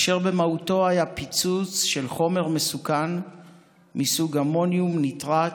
אשר במהותו היה פיצוץ של חומר מסוכן מסוג אמוניום ניטראט,